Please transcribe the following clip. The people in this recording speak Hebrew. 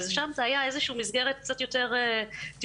ושם זו הייתה איזו שהיא מסגרת קצת יותר טיפולית